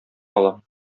алам